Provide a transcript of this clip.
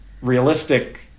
realistic